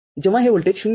जेव्हा हे व्होल्टेज ०